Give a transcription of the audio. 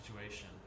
situation